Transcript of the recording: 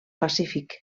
pacífic